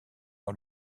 par